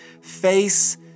face